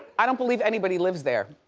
i don't believe anybody lives there.